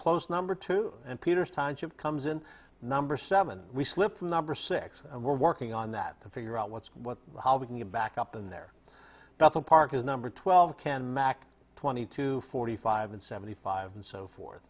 close number two and peter sonship comes in number seven we slipped from number six and we're working on that to figure out what's what how we can get back up in there but the park is number twelve can mack twenty to forty five and seventy five and so forth